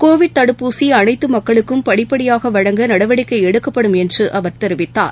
Covid தடுப்பூசிஅனைத்துமக்களுக்கும் படிப்படியாகவழங்க நடவடிக்கைஎடுக்கப்படும் என்றுஅவர் தெரிவித்தார்